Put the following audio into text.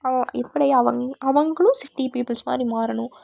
இவங்களை அவங் அவர்களும் சிட்டி பீப்பிள்ஸ் மாதிரி மாறணும்